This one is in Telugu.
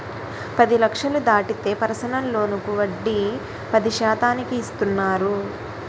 పది లక్షలు దాటితే పర్సనల్ లోనుకి వడ్డీ పది శాతానికి ఇస్తున్నారు